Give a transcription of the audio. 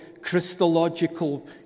Christological